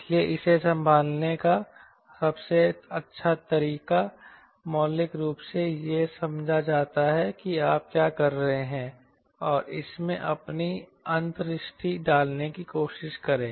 इसलिए इसे संभालने का सबसे अच्छा तरीका मौलिक रूप से यह समझा जाता है कि आप क्या कर रहे हैं और इसमें अपनी अंतर्दृष्टि डालने की कोशिश करें